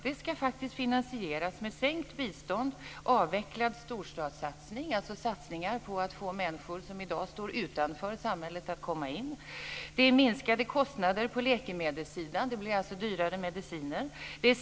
Det ska finansieras med sänkt bistånd och avvecklad storstadssatsning, alltså satsningar på att få människor som i dag står utanför samhället att komma in. Det är minskade kostnader på läkemedelssidan - det blir alltså dyrare mediciner.